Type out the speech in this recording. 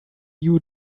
new